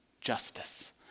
justice